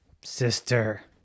sister